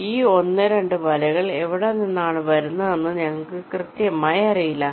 അതിനാൽ ഈ 1 2 വലകൾ എവിടെ നിന്നാണ് വരുന്നതെന്ന് ഞങ്ങൾക്ക് കൃത്യമായി അറിയില്ല